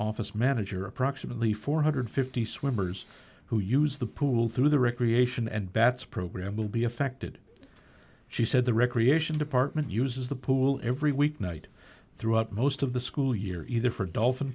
office manager approximately four hundred and fifty swimmers who use the pool through the recreation and bats program will be affected she said the recreation department uses the pool every weeknight throughout most of the school year either for